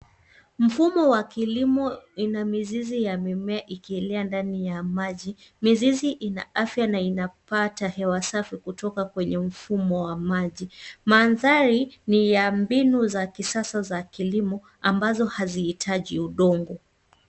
Mfumo wa kilimo ina mizizi ya mimea ikielea ndani ya maji. Mizizi ina afya na inapata hewa safi kutoka kwenye mfumo wa maji. Mandhari ni ya mbinu za kisasa za kilimo ambazo hazihitaji udongo.